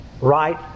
right